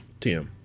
TM